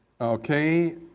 Okay